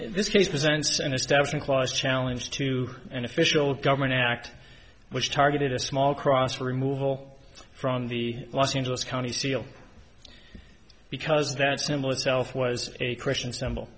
establishment clause challenge to an official government act which targeted a small cross removal from the los angeles county seal because that symbol itself was a christian symbol